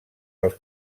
dels